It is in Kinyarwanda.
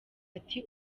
ati